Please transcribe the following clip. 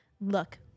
look